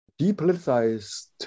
depoliticized